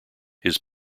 his